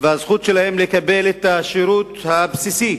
והזכות שלהם לקבל את השירות הבסיסי,